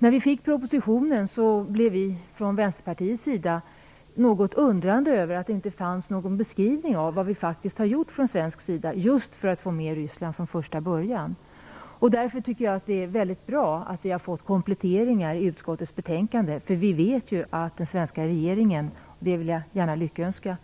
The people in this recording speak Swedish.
När vi fick propositionen blev vi i Vänsterpartiet något undrande över att det inte fanns någon beskrivning av vad vi faktiskt har gjort från svensk sida, just för att få med Ryssland från första början. Därför tycker jag att det är bra att vi har fått kompletteringar i utskottets betänkande. Vi vet ju att den svenska regeringen - det vill jag gärna lyckönska